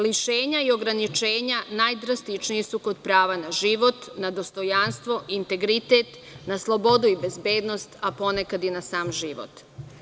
Lišenja i ograničenja, najdrastičniji su kod prava na život, na dostojanstvo, integritet, na slobodu i bezbednost, a ponekad i na sam život.